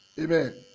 Amen